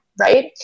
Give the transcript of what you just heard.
Right